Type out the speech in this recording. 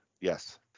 Yes